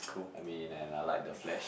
I mean and I like the flash